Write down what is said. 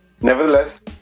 nevertheless